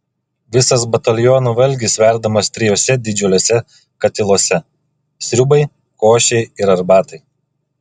visas bataliono valgis verdamas trijuose didžiuliuose katiluose sriubai košei ir arbatai